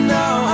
now